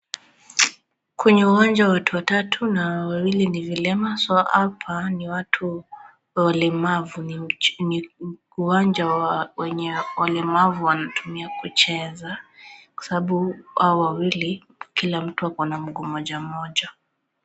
Kwenye uwanja watu watatu, wawili ni vilema, hapa ni watu walemavu ni uwanja wa wenye walemavu wanatumia kucheza kwa sababu hawa wawili kila mtu ako na mguu moja moja.